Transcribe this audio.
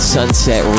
Sunset